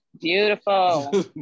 beautiful